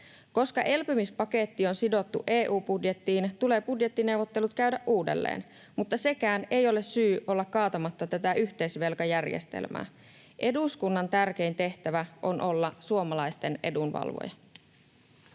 Koska elpymispaketti on sidottu EU-budjettiin, tulee budjettineuvottelut käydä uudelleen, mutta sekään ei ole syy olla kaatamatta tätä yhteisvelkajärjestelmää. Eduskunnan tärkein tehtävä on olla suomalaisten edunvalvoja.